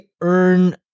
earn